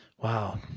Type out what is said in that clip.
Wow